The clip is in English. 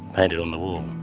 paint it on the wall.